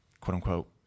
quote-unquote